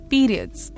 Periods